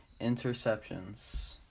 interceptions